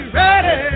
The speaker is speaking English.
ready